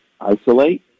isolate